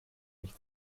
mich